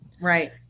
Right